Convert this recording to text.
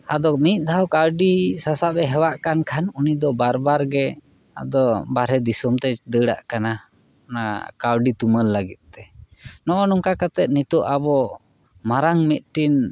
ᱟᱫᱚ ᱢᱤᱫ ᱫᱷᱟᱣ ᱠᱟᱹᱣᱰᱤ ᱥᱟᱥᱟᱵᱮ ᱦᱮᱣᱟᱜ ᱠᱟᱱ ᱠᱷᱟᱱ ᱩᱱᱤ ᱫᱚ ᱵᱟᱨ ᱵᱟᱨᱜᱮ ᱟᱫᱚ ᱵᱟᱨᱦᱮ ᱫᱤᱥᱚᱢ ᱛᱮ ᱫᱟᱹᱲᱟᱜ ᱠᱟᱱᱟ ᱚᱱᱟ ᱠᱟᱹᱣᱰᱤ ᱛᱩᱢᱟᱹᱞ ᱞᱟᱹᱜᱤᱫ ᱛᱮ ᱱᱚᱜᱼᱚᱭ ᱱᱚᱝᱠᱟ ᱠᱟᱛᱮ ᱱᱤᱛᱚᱜ ᱟᱵᱚ ᱢᱟᱨᱟᱝ ᱢᱤᱫᱴᱤᱝ